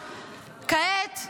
כעת,